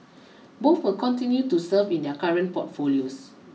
both will continue to serve in their current portfolios